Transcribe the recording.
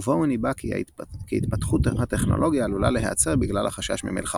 ובו הוא ניבא כי התפתחות הטכנולוגיה עלולה להיעצר בגלל החשש ממלחמות.